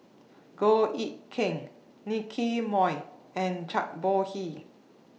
Goh Eck Kheng Nicky Moey and Zhang Bohe